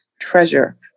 treasure